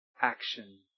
action